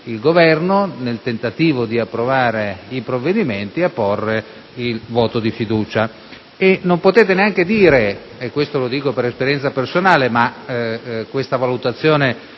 il Governo, nel tentativo di approvare i provvedimenti, a porre il voto di fiducia. Non potete neanche negare ‑ questo lo dico per esperienza personale, ma questa valutazione